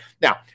Now